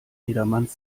jedermanns